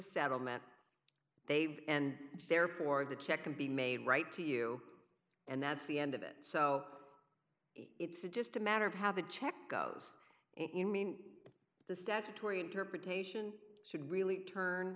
settlement they and therefore the check can be made right to you and that's the end of it so it's just a matter of how the check goes the statutory interpretation should really turn